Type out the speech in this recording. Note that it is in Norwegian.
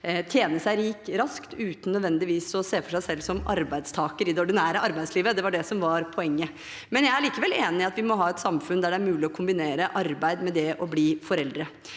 tjene seg rike raskt uten nødvendigvis å se for seg seg selv som arbeidstakere i det ordinære arbeidslivet. Det var det som var poenget. Jeg er likevel enig i at vi må ha et samfunn der det er mulig å kombinere arbeid med det å bli foreldre.